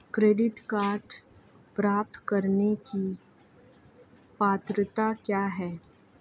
Credit card प्राप्त करने की पात्रता क्या है?